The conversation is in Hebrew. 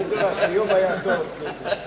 תודה רבה, חבר הכנסת דודו רותם.